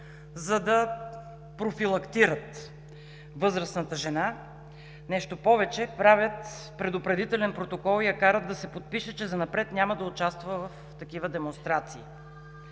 за да профилактират възрастната жена. Нещо повече, правят предупредителен протокол и я карат да се подпише, че занапред няма да участва в такива демонстрации.